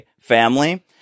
Family